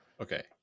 Okay